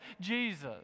Jesus